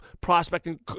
prospecting